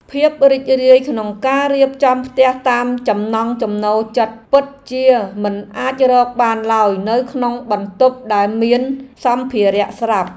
ភាពរីករាយក្នុងការរៀបចំផ្ទះតាមចំណង់ចំណូលចិត្តពិតជាមិនអាចរកបានឡើយនៅក្នុងបន្ទប់ដែលមានសម្ភារៈស្រាប់។